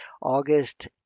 August